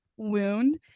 wound